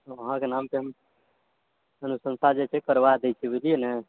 अहाँके नामके हम अनुशंसा जे छै करबा दैत छियै बुझलिये न